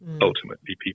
ultimately